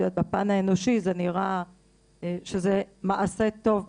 בפן האנושי זה נראה שזה מעשה טוב,